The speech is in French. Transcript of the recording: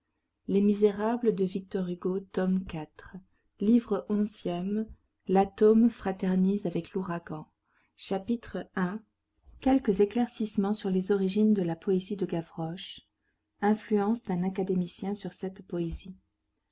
livre onzième latome fraternise avec l'ouragan chapitre i quelques éclaircissements sur les origines de la poésie de gavroche influence d'un académicien sur cette poésie